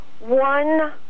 One